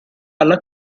alla